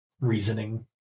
reasoning